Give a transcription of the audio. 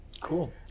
Cool